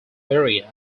area